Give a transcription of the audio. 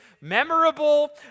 memorable